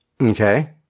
Okay